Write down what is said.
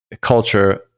culture